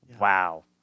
Wow